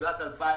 בתחילת 2020,